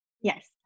Yes